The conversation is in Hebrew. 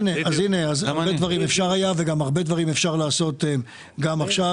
הרבה דברים אפשר היה והרבה דברים אפשר לעשות גם עכשיו,